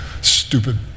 Stupid